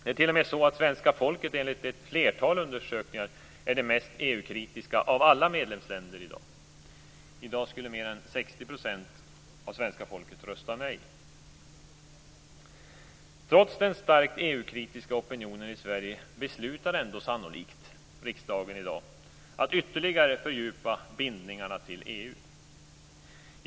Det är t.o.m. så att svenska folket enligt ett flertal undersökningar är det mest EU-kritiska av alla folk i medlemsländerna i dag. I dag skulle mer än 60 % av svenska folket rösta nej. Trots den starkt EU-kritiska opinionen i Sverige beslutar ändå sannolikt riksdagen i dag att ytterligare fördjupa bindningarna till EU.